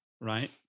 right